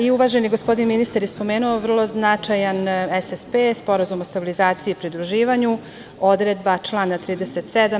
I uvaženi, gospodin ministar je spomenuo, vrlo značajan SSP, sporazum o stabilizaciji i pridruživanju, odredba člana 37.